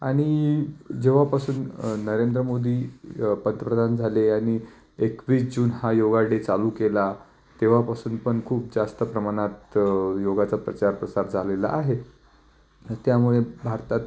आणि जेव्हापासून नरेंद्र मोदी पंतप्रधान झाले आणि एकवीस जून हा योग डे चालू केला तेव्हापासून पण खूप जास्त प्रमाणात योगाचा प्रचार प्रसार झालेला आहे त्यामुळे भारतात